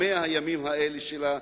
עם 100 הימים האלה שלה,